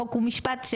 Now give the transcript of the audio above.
חוק ומשפט,